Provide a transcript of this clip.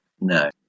no